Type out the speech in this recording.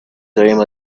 dream